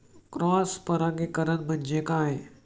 Cross परागीकरण म्हणजे काय?